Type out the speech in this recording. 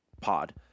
pod